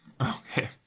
Okay